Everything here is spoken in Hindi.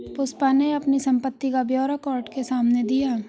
पुष्पा ने अपनी संपत्ति का ब्यौरा कोर्ट के सामने दिया